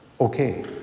okay